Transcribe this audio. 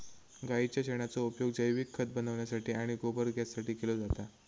गाईच्या शेणाचो उपयोग जैविक खत बनवण्यासाठी आणि गोबर गॅससाठी केलो जाता